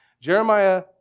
Jeremiah